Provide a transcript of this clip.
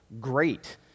great